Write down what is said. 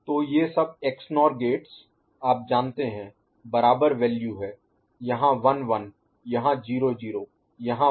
तो ये सब XNOR गेट्स आप जानते हैं बराबर वैल्यू है यहाँ 1 1 यहाँ 0 0 यहाँ 1 1